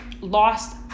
lost